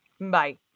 Bye